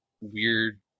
weird